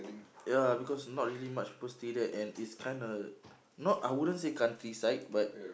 ya because not really much people stay there and it's kind of not I wouldn't say countryside but